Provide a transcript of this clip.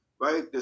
right